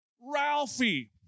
Ralphie